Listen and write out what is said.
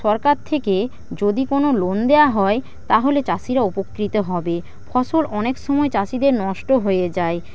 সরকার থেকে যদি কোনও লোন দেওয়া হয় তাহলে চাষীরা উপকৃত হবে ফসল অনেক সময় চাষীদের নষ্ট হয়ে যায়